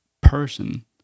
person